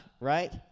right